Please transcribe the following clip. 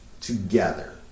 together